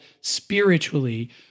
spiritually